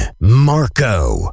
Marco